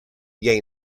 gain